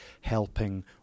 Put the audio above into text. helping